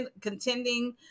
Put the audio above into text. contending